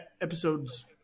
episodes